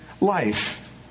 life